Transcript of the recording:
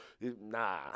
Nah